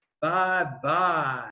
Bye-bye